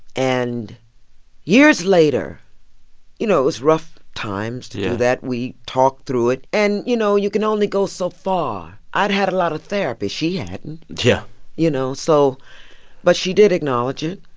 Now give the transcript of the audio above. and years later you know, it was rough times through that we talked through it. and, you know, you can only go so far. i'd had a lot of therapy. she hadn't yeah you know, so but she did acknowledge it.